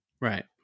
Right